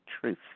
truth